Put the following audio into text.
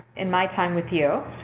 in my time with you,